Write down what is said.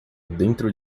dentro